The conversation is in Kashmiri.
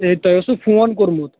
اے تۄہہِ اوسوٕ فون کوٚرمُت